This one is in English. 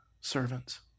Servants